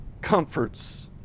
comforts